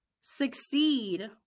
succeed